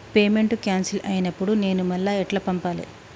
Payment cancel అయినపుడు నేను మళ్ళా ఎట్ల పంపాలే?